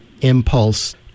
impulse